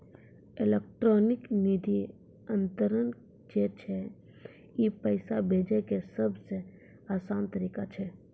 electronic निधि अन्तरन जे छै ई पैसा भेजै के सभ से असान तरिका छै